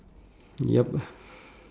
yup